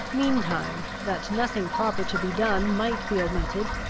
meantime, that nothing proper to be done might be omitted,